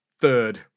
third